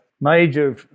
major